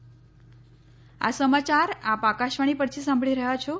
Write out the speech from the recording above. corona appeal આ સમાચાર આપ આકાશવાણી પરથી સાંભળી રહ્યા છો